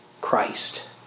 Christ